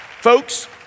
Folks